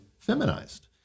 feminized